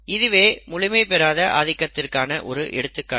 இதுவே முழுமை பெறாத ஆதிக்கத்திற்கான ஒரு எடுத்துக்காட்டு